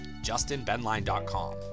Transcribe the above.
JustinBenline.com